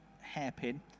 hairpin